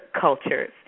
cultures